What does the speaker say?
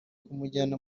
kumujyana